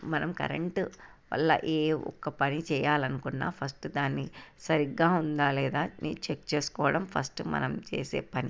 మనం కరెంటు వల్ల ఏ ఒక్క పని చేయాలనుకున్నా ఫస్ట్ దాన్ని సరిగ్గా ఉందా లేదా అని చెక్ చేసుకోవడం ఫస్ట్ మనం చేసే పని